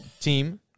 team